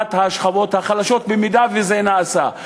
לטובת השכבות החלשות, במידה שזה נעשה,